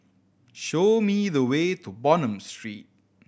show me the way to Bonham Street